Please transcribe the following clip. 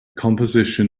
composition